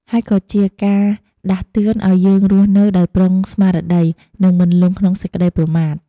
ហើយក៏ជាការដាស់តឿនឲ្យយើងរស់នៅដោយប្រុងស្មារតី និងមិនលង់ក្នុងសេចក្តីប្រមាទ។